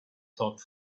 talked